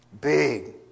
Big